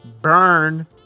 Burn